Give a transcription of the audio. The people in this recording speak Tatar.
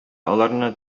аларны